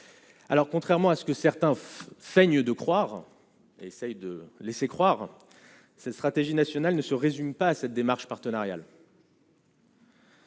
alors contrairement à ce que certains feignent de croire essaye de laisser croire cette stratégie nationale ne se résume pas à cette démarche partenariale.